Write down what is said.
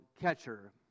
catcher